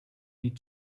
lead